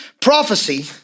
prophecy